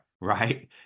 right